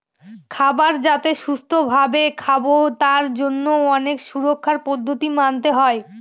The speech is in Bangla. খাবার যাতে সুস্থ ভাবে খাবো তার জন্য অনেক সুরক্ষার পদ্ধতি মানতে হয়